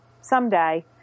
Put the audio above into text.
Someday